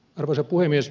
arvoisa puhemies